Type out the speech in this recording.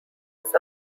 his